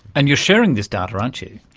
and you're sharing this data, aren't you.